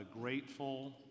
grateful